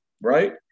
right